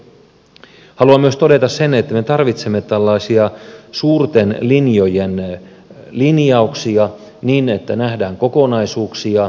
haluan myös todeta sen että me tarvitsemme tällaisia suurten linjojen linjauksia niin että nähdään kokonaisuuksia